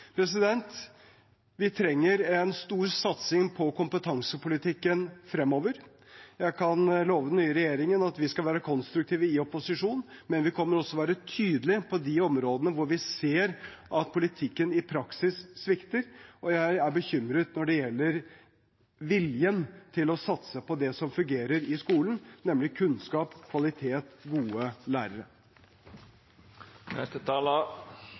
Vi trenger en stor satsing på kompetansepolitikken fremover. Jeg kan love den nye regjeringen at vi skal være konstruktive i opposisjon, men vi kommer også til å være tydelig på de områdene hvor vi ser at politikken i praksis svikter. Jeg er bekymret når det gjelder viljen til å satse på det som fungerer i skolen, nemlig kunnskap, kvalitet og gode